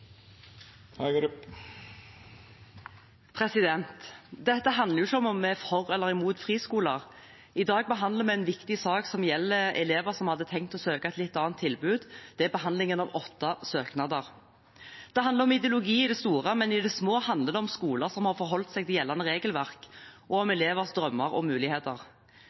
Dette handler ikke om man er for eller imot friskoler. I dag behandler vi en viktig sak som gjelder elever som hadde tenkt å søke et litt annet tilbud. Det gjelder behandlingen av åtte søknader. Det handler om ideologi i det store, men i det små handler det om skoler som har forholdt seg til gjeldende regelverk, og om elevers drømmer og muligheter,